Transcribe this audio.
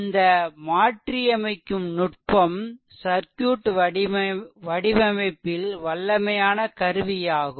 இந்த மாற்றியமைக்கும் நுட்பம் சர்க்யூட் வடிவமைப்பதில் வல்லமையான கருவியாகும்